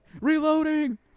Reloading